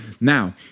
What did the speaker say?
Now